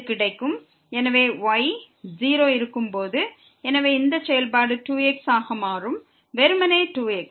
எனவே y 0 ஆக இருக்கும் போது இவ்வாறு இருக்கும் எனவே இந்த செயல்பாடு 2x ஆக மாறும் வெறுமனே 2x